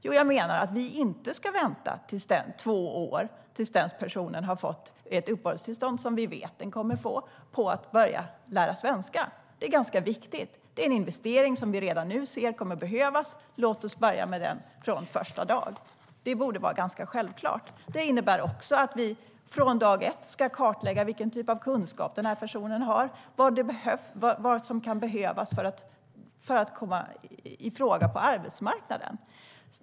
Jo, jag menar att vi inte ska vänta två år, tills en person fått det uppehållstillstånd som vi vet att den kommer att få, med att låta personen få börja lära sig svenska. Det är ganska viktigt och en investering som vi redan nu ser kommer att behövas. Låt oss börja med den från första dagen. Det borde vara ganska självklart. Det innebär också att vi från dag ett ska kartlägga vilken typ av kunskap personen har och vad som kan behövas för att komma i fråga på arbetsmarknaden.